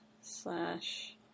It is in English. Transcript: Slash